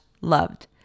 loved